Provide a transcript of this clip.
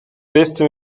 beste